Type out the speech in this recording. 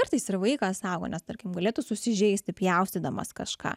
kartais ir vaiką saugo nes tarkim galėtų susižeisti pjaustydamas kažką